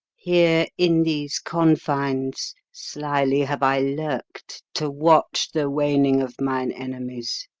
here in these confines slily have i lurk'd to watch the waning of mine enemies.